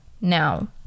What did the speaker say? Now